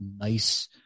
nice